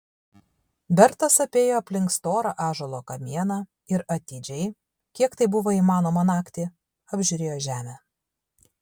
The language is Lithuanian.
bertas apėjo aplink storą ąžuolo kamieną ir atidžiai kiek tai buvo įmanoma naktį apžiūrėjo žemę